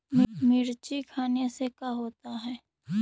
मिर्ची खाने से का होता है?